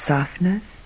Softness